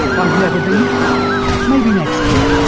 i've never been maybe next year.